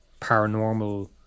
paranormal